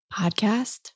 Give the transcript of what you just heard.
podcast